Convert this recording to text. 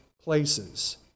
places